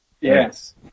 Yes